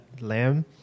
lamb